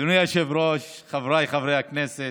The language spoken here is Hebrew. אדוני היושב-ראש, חבריי חברי הכנסת,